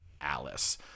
Alice